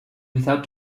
without